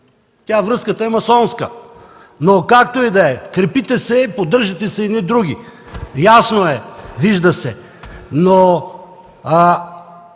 Връзката е масонска, но както и да е. Крепите се, поддържате се едни други. Ясно е, вижда се. Но